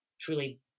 truly